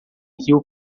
rio